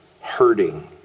hurting